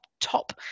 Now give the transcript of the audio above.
top